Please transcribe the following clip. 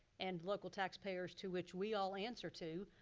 and local taxpayers, to which we all answer to,